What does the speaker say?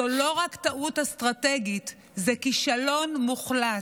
זאת לא רק טעות אסטרטגית, זה כישלון מוחלט.